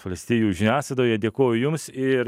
valstijų žiniasklaidoje dėkoju jums ir